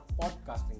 podcasting